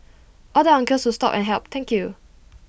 all the uncles who stopped and helped thank you